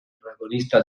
protagonista